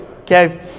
Okay